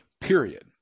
Period